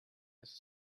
ice